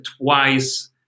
twice